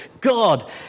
God